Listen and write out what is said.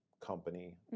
company